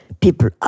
People